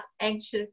anxious